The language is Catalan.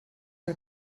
que